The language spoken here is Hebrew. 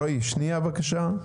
רועי, שנייה, בבקשה.